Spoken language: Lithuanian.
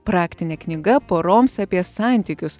praktinė knyga poroms apie santykius